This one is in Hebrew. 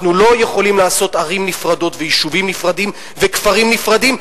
אנחנו לא יכולים לעשות ערים נפרדות ויישובים נפרדים וכפרים נפרדים,